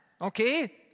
okay